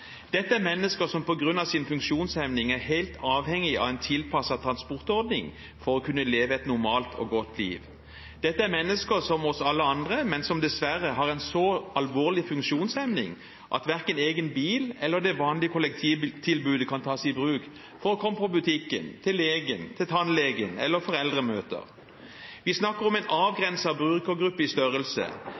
Dette er mennesker som på grunn av sin funksjonshemning er helt avhengig av en tilpasset transportordning for å kunne leve et normalt og godt liv. Dette er mennesker som oss alle andre, men som dessverre har en så alvorlig funksjonshemning at verken egen bil eller det vanlige kollektivtilbudet kan tas i bruk for å komme til butikken, til legen, til tannlegen eller på foreldremøter. Vi snakker om en avgrenset brukergruppe i størrelse,